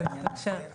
כן, בבקשה.